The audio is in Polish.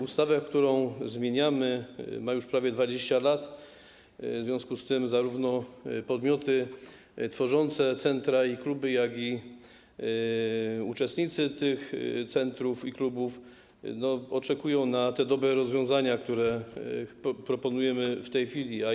Ustawa, którą zmieniamy, ma już prawie 20 lat, w związku z tym zarówno podmioty tworzące centra i kluby, jak i uczestnicy tych centrów i klubów oczekują na dobre rozwiązania, które w tej chwili proponujemy.